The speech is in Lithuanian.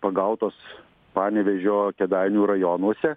pagautos panevėžio kėdainių rajonuose